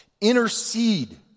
intercede